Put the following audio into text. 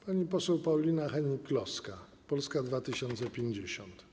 Pani poseł Paulina Hennig-Kloska, Polska 2050.